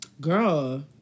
Girl